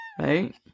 Right